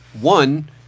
One